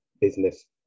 business